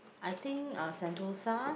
I think uh Sentosa